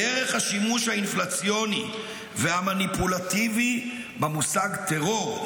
דרך השימוש האינפלציוני והמניפולטיבי במושג "טרור"